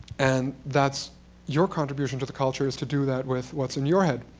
and that's your contribution to the culture is to do that with what is in your head.